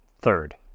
Third